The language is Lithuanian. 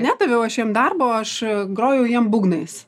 nedaviau aš jiem darbo aš grojau jiem būgnais